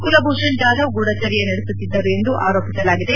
ಕುಲಭೂಷಣ್ ಜಾಧವ್ ಗೂಢಚರ್ಯೆ ನಡೆಸುತ್ತಿದ್ದರು ಎಂದು ಆರೋಪಿಸಲಾಗಿದೆ